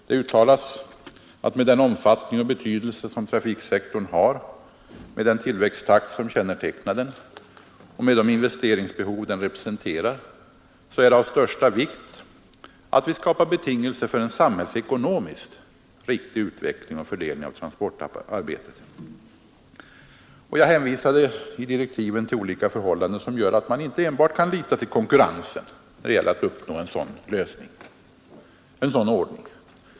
Det uttalas att med den omfattning och betydelse som trafiksektorn har, med den tillväxttakt som kännetecknar den och med de investeringsbehov den representerar är det av största vikt att vi skapar betingelser för en samhällsekonomiskt riktig utveckling och fördelning av transportarbetet. Jag hänvisar i direktiven till olika förhållanden som gör att man inte enbart kan lita till konkurrensen när det gäller att uppnå en sådan ordning.